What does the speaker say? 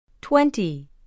twenty